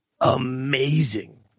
Amazing